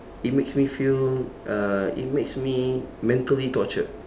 it makes me feel uh it makes me mentally tortured